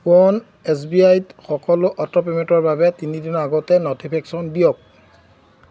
on S B আইত সকলো auto পেমেণ্টৰ বাবে তিনি দিনৰ আগতে ন'টিফিকেশ্যন দিয়ক